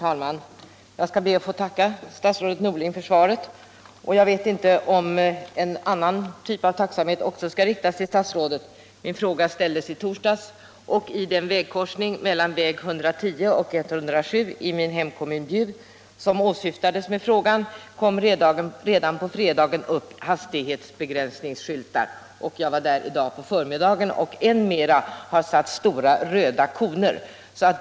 Herr talman! Jag ber att få tacka statsrådet Norling för svaret. Om åtgärder för att Jag vet inte om en annan typ av tacksamhet också skall riktas mot — minska olycksfallsstatsrådet. Min fråga ställdes i torsdags. Vid den korsning mellan riskerna vid vissa väg 110 och väg 107 i min hemkommun Bjuv som åsyftades i frågan — vägkorsningar kom redan på fredagen upp hastighetsbegränsningsskyltar. Jag var där i dag på förmiddagen och kunde se att det också hade ställts upp stora, röda koner.